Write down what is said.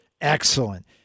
Excellent